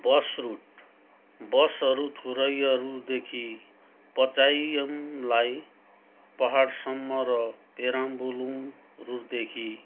बस route बसहरू थुरैयुरदेखि पचाइमलाई पाहाडसम्म र पेराम्बलुरदेखि